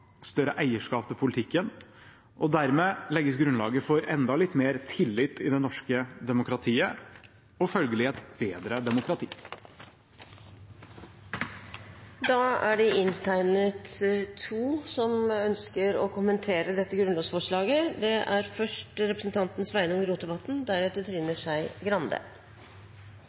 større eierskap til politikken. Dermed legges grunnlaget for enda litt mer tillit i det norske demokratiet – og følgelig et bedre demokrati. Eg er også med på å fremje dette forslaget, og eg kan slutte meg til innlegget frå representanten